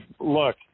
look